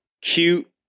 cute